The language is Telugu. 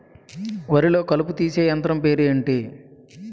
వరి లొ కలుపు తీసే యంత్రం పేరు ఎంటి?